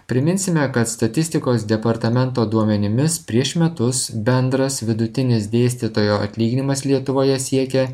priminsime kad statistikos departamento duomenimis prieš metus bendras vidutinis dėstytojo atlyginimas lietuvoje siekė